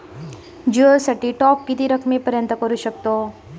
जिओ साठी टॉप किती रकमेपर्यंत करू शकतव?